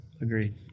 Agreed